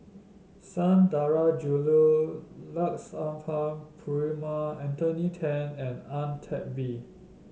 Sundarajulu Lakshmana Perumal Anthony Then and Ang Teck Bee